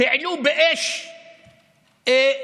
העלו באש מכוניות.